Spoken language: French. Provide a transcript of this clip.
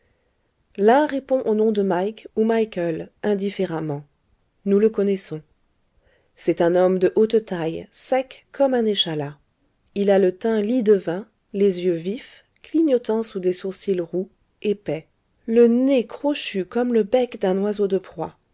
l'un répond au nom de mike ou michaël indifféremment nous le connaissons c'est un homme de haute taille sec comme un échalas il a le teint lie de vin les yeux vifs clignotant sous des sourcils roux épais le nez crochu comme le bec d'un oiseau de proie